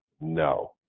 No